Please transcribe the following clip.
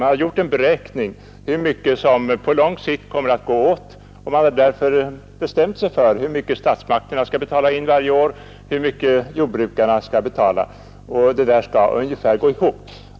Man har gjort en beräkning av hur mycket som på lång sikt kommer att gå åt och har sedan bestämt sig för hur mycket staten skall betala varje år och hur mycket jordbrukarna skall betala. Verksamheten skall ungefär gå ihop.